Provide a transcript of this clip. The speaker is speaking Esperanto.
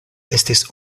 estis